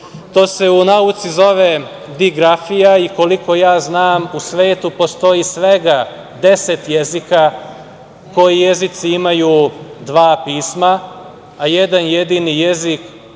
To se u nauci zove digrafija i koliko ja znam, u svetu postoji svega 10 jezika koji jezici imaju dva pisma, a jedan jedini jezik